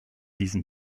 diesen